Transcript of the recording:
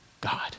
God